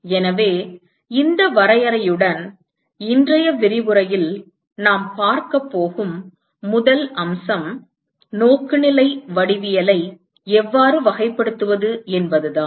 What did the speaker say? எனவே இந்த வரையறையுடன் இன்றைய விரிவுரையில் நாம் பார்க்கப் போகும் முதல் அம்சம் நோக்குநிலை வடிவியலை எவ்வாறு வகைப்படுத்துவது என்பதுதான்